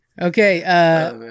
Okay